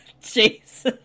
Jesus